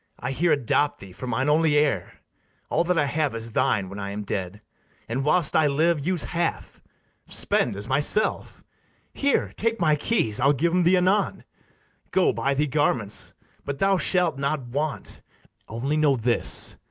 i here adopt thee for mine only heir all that i have is thine when i am dead and, whilst i live, use half spend as myself here, take my keys i'll give em thee anon go buy thee garments but thou shalt not want only know this,